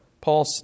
Paul